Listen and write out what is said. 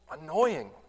annoying